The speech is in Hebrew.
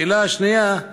השאלה השנייה,